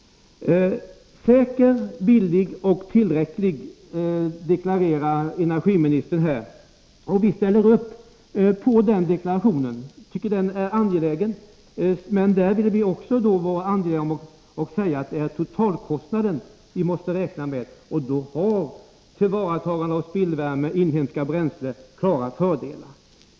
: Energiförsörjningen skall vara säker, billig och tillräcklig, deklarerade energiministern. Vi ställer upp på den deklarationen. Vi tycker den är angelägen. Men vi finner det också angeläget att säga att det är totaltkostnaden vi måste räkna med. Då har tillvaratagande av spillvärme och inhemska bränslen klara fördelar.